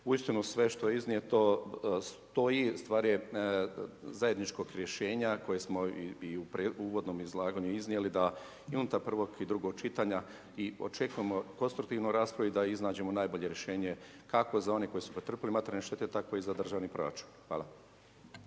Uistinu sve što je iznijeto stoji, stvar je zajedničkog rješenja kojeg smo i u uvodnom izlaganju iznijeli da i unutar prvo i drugog čitanja i očekujemo konstruktivnu raspravu i da iznađemo najbolje rješenje, kako za one koji su pretrpjeli materijalne štete, tako i za državni proračun. Hvala.